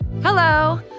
Hello